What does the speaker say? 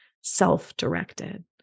self-directed